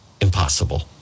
impossible